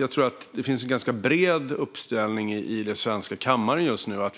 Jag tror att det finns en ganska bred uppställning i riksdagens kammare just nu.